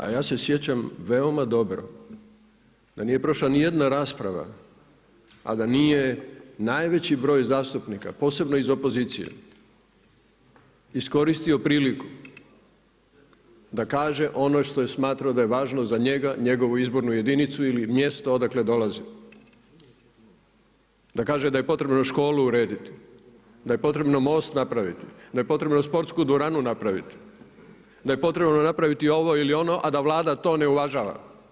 A ja se sjećam veoma dobro da nije prošla nijedna rasprava, a da nije najveći broj zastupnika posebno iz opozicije iskoristio priliku da kaže ono što je smatrao da je važno za njega, njegovu izbornu jedinicu ili mjesto odakle dolaze, da kaže da je potrebno školu urediti, da je potrebno most napraviti, da je potrebno sportsku dvoranu napraviti, da je potrebno napraviti ovo ili ono, a da Vlada to ne uvažava.